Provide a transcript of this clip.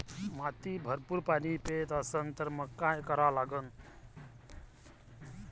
माती भरपूर पाणी पेत असन तर मंग काय करा लागन?